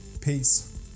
Peace